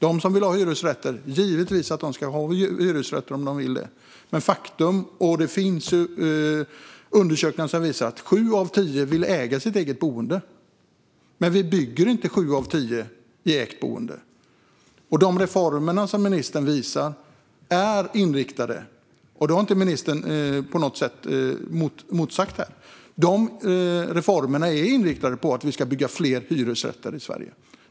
De som vill ha hyresrätter ska givetvis kunna få det. Men faktum är att undersökningar visar att sju av tio vill äga sitt boende. Men det byggs inte så att sju av tio kan ha ett eget boende. De reformer som ministern talar om är inriktade på att det ska byggas fler hyresrätter i Sverige, och detta har ministern inte motsagt.